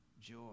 joy